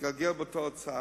שהתגלגלה בתור הצעה.